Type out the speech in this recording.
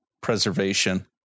preservation